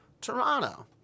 Toronto